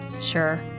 Sure